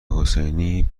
حسینی